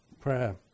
prayer